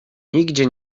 nigdzie